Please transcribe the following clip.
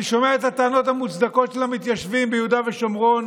אני שומע את הטענות המוצדקות של המתיישבים ביהודה ושומרון